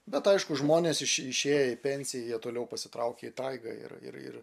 bet aišku žmonės išėję į pensiją jie toliau pasitraukia į taigą ir ir